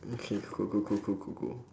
okay go go go go go go